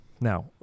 Now